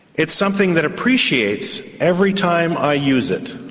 it's something that appreciates every time i use it,